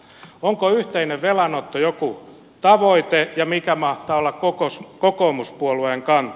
onko yhteinen velanotto joku tavoite ja mikä mahtaa olla kokoomuspuolueen kanta